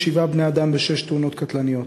שבעה בני-אדם בשש תאונות קטלניות.